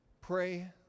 pray